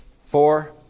Four